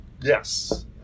Yes